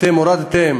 אתם הורדתם